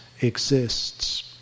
exists